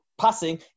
passing